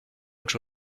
autre